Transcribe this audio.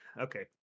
Okay